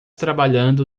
trabalhando